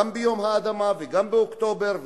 גם ביום האדמה וגם באוקטובר 2000,